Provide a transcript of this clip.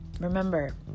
Remember